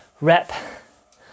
rep